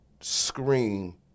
scream